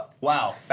wow